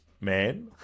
man